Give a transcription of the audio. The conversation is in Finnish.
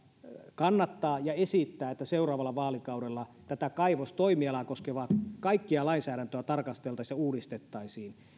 kannattaa ja esittää että seuraavalla vaalikaudella tätä kaivostoimialaa koskevaa kaikkea lainsäädäntöä tarkasteltaisiin ja uudistettaisiin